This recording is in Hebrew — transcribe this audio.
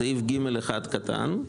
בסעיף קטן (ג1).